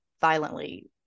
violently